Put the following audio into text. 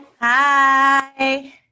hi